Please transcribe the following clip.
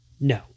no